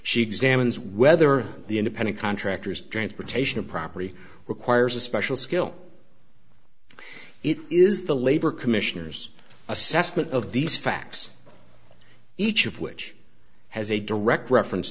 she examines whether the independent contractors transportation or property requires a special skill it is the labor commissioner's assessment of these facts each of which has a direct reference